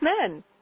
men